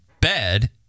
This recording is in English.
bed